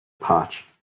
patch